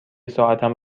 ساعتم